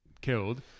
killed